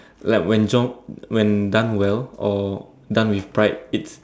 like when John when done well or done with pride it's